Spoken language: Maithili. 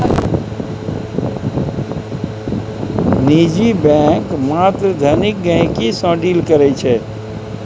निजी बैंक मात्र धनिक गहिंकी सँ डील करै छै